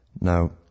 Now